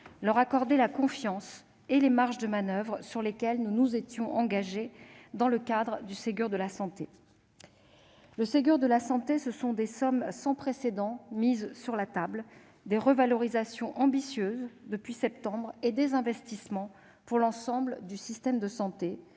qu'auparavant la confiance et les marges de manoeuvre sur lesquelles nous nous étions engagés dans le cadre du Ségur de la santé. Le Ségur de la santé, ce sont des sommes d'un montant sans précédent qui ont été mises sur la table, des revalorisations ambitieuses depuis septembre et des investissements pour l'ensemble du système de santé,